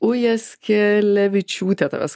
ujaskelevičiūtė tavęs